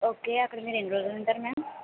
okay అక్కడ మీరు ఎన్ని రోజులు ఉంటారు మ్యామ్